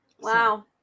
Wow